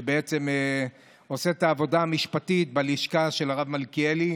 שעושה את העבודה המשפטית בלשכה של הרב מלכיאלי.